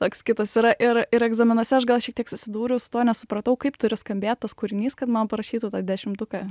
toks kitas yra ir ir egzaminuose aš gal šiek tiek susidūriau su tuo nesupratau kaip turi skambėt tas kūrinys kad man parašytų dešimtuką